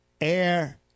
air